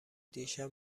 دیشب